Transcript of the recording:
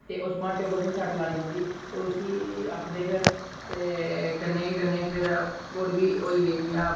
ते उस ब्हांटे उप्पर फिह् सट्ट लानी पोंदी ऐ ते उसी आक्खदे पिर ते कन्ने कन्ने फिर औऱ बी होई गे जियां